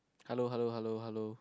hello hello hello hello